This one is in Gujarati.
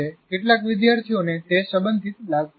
કેટલાક વિદ્યાર્થીઓને તે સંબંધિત લાગતું નથી